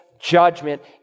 judgment